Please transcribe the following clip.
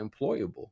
employable